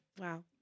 Wow